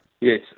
Yes